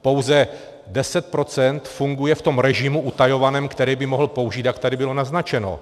Pouze deset procent funguje v tom režimu utajovaném, který by mohl použít, jak tady bylo naznačeno.